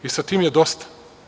I sa tim je dosta.